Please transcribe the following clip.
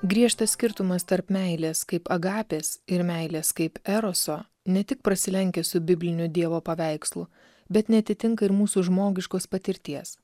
griežtas skirtumas tarp meilės kaip agapės ir meilės kaip eroso ne tik prasilenkia su bibliniu dievo paveikslu bet neatitinka ir mūsų žmogiškos patirties